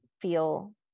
feel